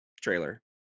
trailer